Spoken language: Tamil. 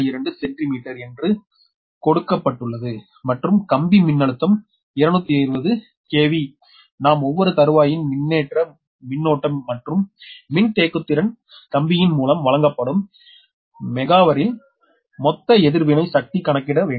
2 சென்டிமீட்டர்என்று கொடுக்கப்பட்டுள்ளது மற்றும் கம்பி மின்னழுத்தம் 220 k V நாம் ஒவ்வொரு தறுவாயின் மின்னேற்ற மின்னோட்டம் மற்றும் மின்தேக்குத்திறன் கம்பியின் மூலம் வழங்கப்படும் மெகாவரில் மொத்த எதிர்வினை சக்தி கணக்கிட வேண்டும்